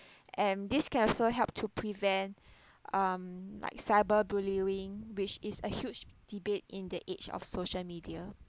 and this can also help to prevent um like cyberbullying which is a huge debate in the age of social media